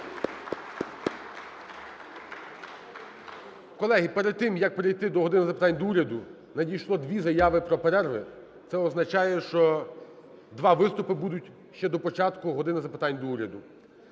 Колеги, перед тим, як перейти до "години запитань до Уряду", надійшло дві заяви про перерви. Це означає, що два виступи будуть ще до початку "години запитань до Уряду".